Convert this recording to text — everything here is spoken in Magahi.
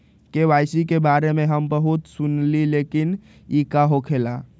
के.वाई.सी के बारे में हम बहुत सुनीले लेकिन इ का होखेला?